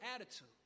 attitude